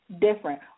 different